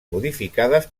modificades